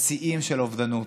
ושיאים של אובדנות.